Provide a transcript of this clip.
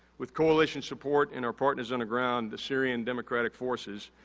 with coalition support and our partners on the ground, the syrian democratic forces,